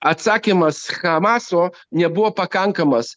atsakymas hamaso nebuvo pakankamas